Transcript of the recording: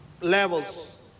Levels